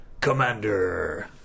Commander